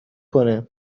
کنه